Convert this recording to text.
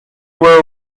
were